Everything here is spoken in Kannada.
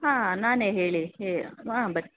ಹಾಂ ನಾನೇ ಹೇಳಿ ಹೇ ಹಾಂ ಬರ್ರಿ